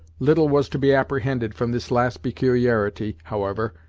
little was to be apprehended from this last peculiarity, however,